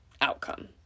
outcome